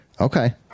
Okay